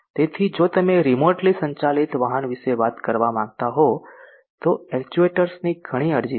તેથી જો તમે રીમોટલી સંચાલિત વાહન વિશે વાત કરવા માંગતા હો તો એક્ચ્યુએટર્સ ની ઘણી અરજી છે